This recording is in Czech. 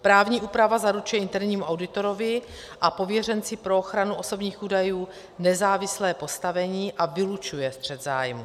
Právní úprava zaručuje internímu auditorovi a pověřenci pro ochranu osobních údajů nezávislé postavení a vylučuje střet zájmů.